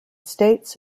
states